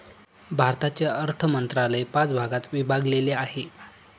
भारताचे अर्थ मंत्रालय पाच भागात विभागलेले आहे